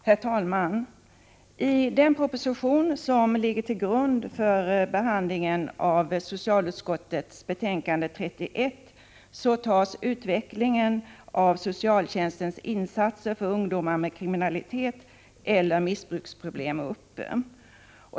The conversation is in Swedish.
Herr talman! I den proposition som ligger till grund för socialutskottets betänkande 31 tas utvecklingen av socialtjänstens insatser för ungdomar i samband med kriminalitet eller missbruksproblem upp.